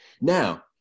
Now